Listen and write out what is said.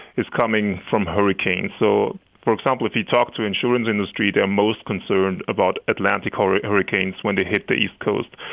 is coming from hurricanes. so for example, if you talk to insurance industry, they're most concerned about atlantic ah hurricanes when they hit the east coast.